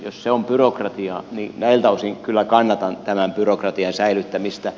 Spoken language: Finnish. jos se on byrokratiaa niin näiltä osin kyllä kannatan tämän byrokratian säilyttämistä